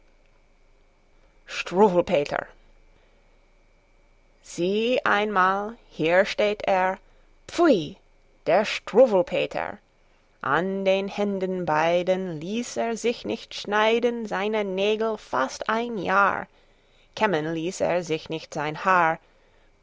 sieh einmal hier steht er pfui der struwwelpeter an den händen beiden ließ er sich nicht schneiden seine nägel fast ein jahr kämmen ließ er nicht sein haar